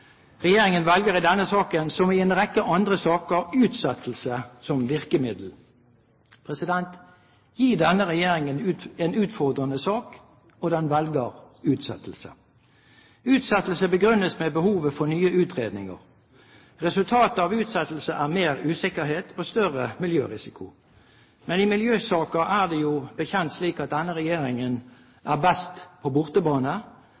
Regjeringen velger i denne saken, som i en rekke andre saker, utsettelse som virkemiddel. Gi denne regjeringen en utfordrende sak, og den velger utsettelse! Utsettelse begrunnes med behovet for nye utredninger. Resultatet av utsettelse er mer usikkerhet og større miljørisiko. Men i miljøsaker er det som bekjent slik at denne regjeringen er best på bortebane